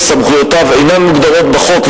סמכויותיו אינן מוגדרות בחוק,